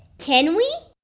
can we?